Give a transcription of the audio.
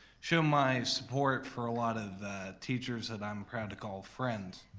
show my support for a lot of teachers that i'm proud to call friends.